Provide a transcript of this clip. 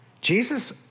Jesus